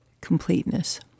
Completeness